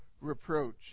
reproach